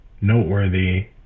noteworthy